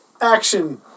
Action